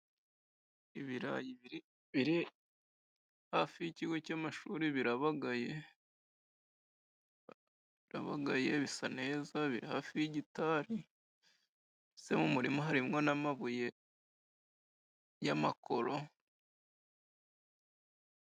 Ibirayi biri hafi y'ikigo cy'amashuri birabagaye bisa neza, biri hafi y'igitari. Ndetse mu murima harimo n'amabuye y'amakoro.